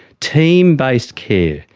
team-based care,